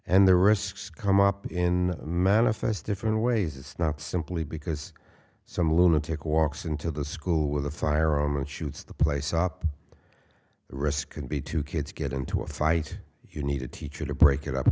and the risks come up in manifest different ways it's not simply because some lunatic walks into the school with a firearm and shoots the place up the rest can be two kids get into a fight you need a teacher to break it up